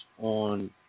on